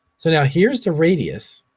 so, now here's the radius,